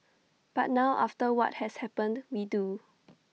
but now after what has happened we do